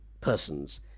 persons